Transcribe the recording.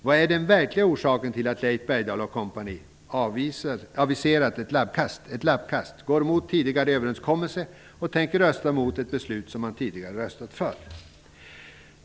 Vad är den verkliga orsaken till att Leif Bergdahl och company aviserat ett lappkast, går emot en tidigare överenskommelse och tänker rösta mot ett beslut som de tidigare röstat för?